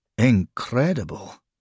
Incredible